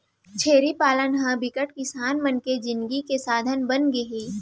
छेरी पालन ह बिकट किसान मन के जिनगी के साधन बनगे हे